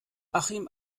achim